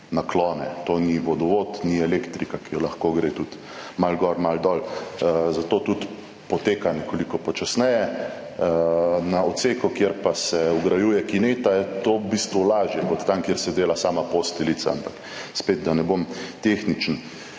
naklone, to ni vodovod, ni elektrika, ki jo lahko gre tudi malo gor, malo dol, zato tudi poteka nekoliko počasneje, na odseku, kjer pa se vgrajuje kineta, je to v bistvu lažje kot tam, kjer se dela sama posteljica, ampak spet, da ne bom tehničen.